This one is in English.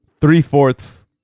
three-fourths